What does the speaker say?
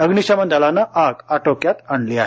अग्निशमन दलानं आग आटोक्यात आणली आहे